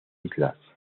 islas